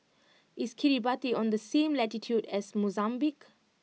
is Kiribati on the same latitude as Mozambique